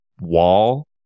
wall